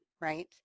right